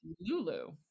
lulu